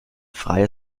freie